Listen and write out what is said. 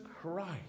christ